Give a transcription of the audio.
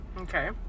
Okay